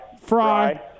Fry